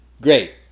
Great